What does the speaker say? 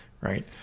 right